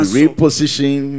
reposition